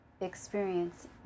experience